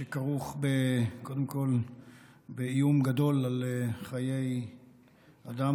שכרוך קודם כול באיום גדול על חיי אדם